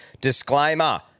disclaimer